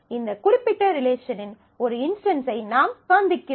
இந்த குறிப்பிட்ட ரிலேஷனின் ஒரு இன்ஸ்டன்ஸை நாம் காண்பிக்கிறோம்